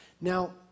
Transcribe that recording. Now